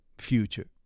future